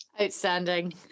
Outstanding